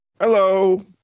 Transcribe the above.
Hello